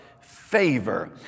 favor